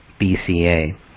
BCA